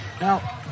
Now